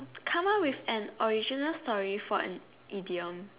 come up with an original story for an idiom